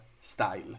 style